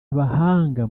abahanga